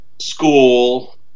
school